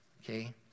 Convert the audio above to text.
okay